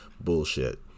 Bullshit